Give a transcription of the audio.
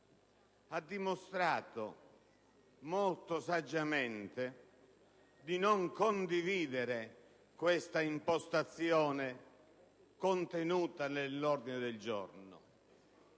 ha dimostrato molto saggiamente di non condividere questa impostazione contenuta nell'ordine del giorno